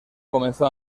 comenzó